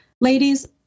Ladies